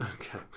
Okay